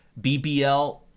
BBL